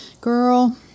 Girl